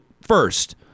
first